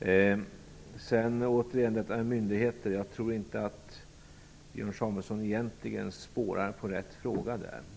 När det sedan återigen gäller detta med myndigheter tror jag inte att Björn Samuelson är inne på rätt spår.